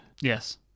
Yes